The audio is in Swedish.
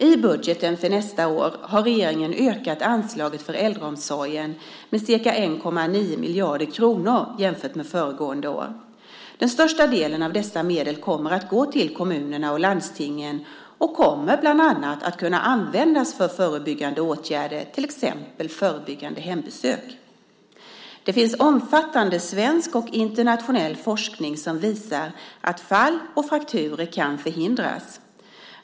I budgeten för nästa år har regeringen ökat anslaget för äldreomsorgen med ca 1,9 miljarder kronor jämfört med föregående år. Den största delen av dessa medel kommer att gå till kommunerna och landstingen och kommer bland annat att kunna användas för förebyggande åtgärder, till exempel förebyggande hembesök. Det finns omfattande svensk och internationell forskning som visar att fall och frakturer kan förhindras.